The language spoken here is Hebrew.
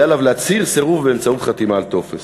יהיה עליו להצהיר סירוב באמצעות חתימה על טופס.